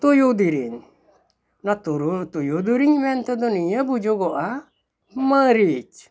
ᱛᱩᱭᱩ ᱫᱤᱨᱤᱧ ᱛᱩᱭᱩ ᱫᱮᱨᱮᱧ ᱢᱮᱱᱛᱮᱫᱚ ᱱᱤᱭᱟᱹ ᱵᱩᱡᱩᱜᱚᱜᱼᱟ ᱢᱟᱹᱨᱤᱪ